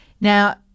Now